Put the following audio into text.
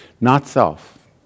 not-self